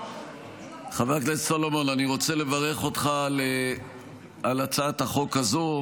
אני רוצה לברך אותך על הצעת החוק הזו.